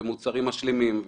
מוצרים משלימים,